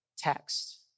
text